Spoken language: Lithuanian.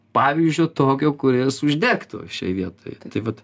pavyzdžio tokio kuris uždegtų šioj vietoj tai vat